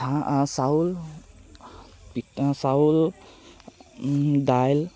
চাউল চাউল দাইল